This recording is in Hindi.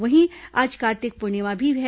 वहीं आज कार्तिक पूर्णिमा भी है